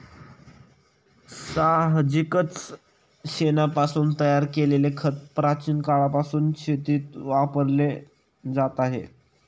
साहजिकच शेणापासून तयार केलेले खत प्राचीन काळापासून शेतीत वापरले जात आहे